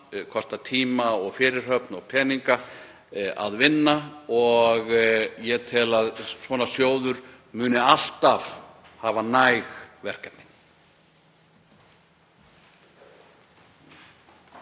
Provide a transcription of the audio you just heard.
kostar tíma og fyrirhöfn og peninga að vinna. Ég tel að slíkur sjóður muni alltaf hafa næg verkefni.